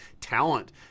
talent